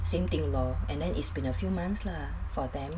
same thing lor and then it's been a few months lah for them